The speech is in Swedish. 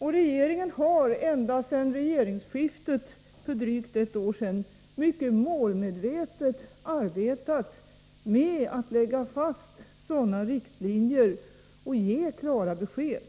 Regeringen har ända sedan regeringsskiftet för drygt ett år sedan mycket målmedvetet arbetat med att lägga fast sådana riktlinjer och ge klara besked.